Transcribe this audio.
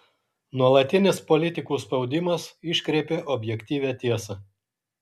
nuolatinis politikų spaudimas iškreipia objektyvią tiesą